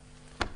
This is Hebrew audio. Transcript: תודה.